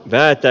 näitä